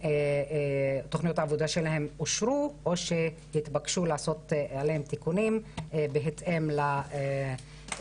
תוכניות העבודה שלהם אושרו או שהתבקשו לעשות עליהם תיקונים בהתאם לצורך.